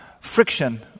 friction